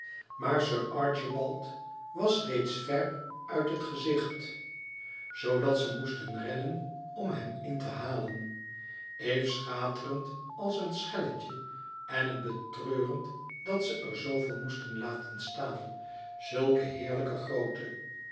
maar sir archibald was reeds ver uit het gezicht zoodat ze moesten rennen om hem in te halen eve schaterend als een schelletje en het betreurend dat ze er zooveel moesten laten staan zulke heerlijke groote